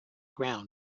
ground